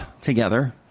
together